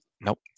Nope